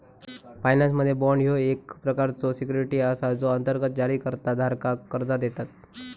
फायनान्समध्ये, बाँड ह्यो एक प्रकारचो सिक्युरिटी असा जो अंतर्गत जारीकर्ता धारकाक कर्जा देतत